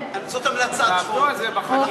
זאת המלצת חוק.